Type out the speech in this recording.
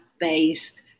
based